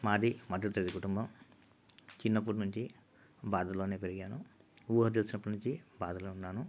మాది మధ్యతరగతి కుటుంబం చిన్నప్పటినుంచి బాధల్లోనే పెరిగాను ఊహ తెలిసినప్పటి నుంచి బాధలో ఉన్నాను